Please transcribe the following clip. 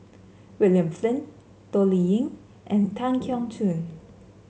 William Flint Toh Liying and Tan Keong Choon